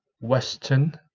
Western